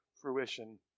fruition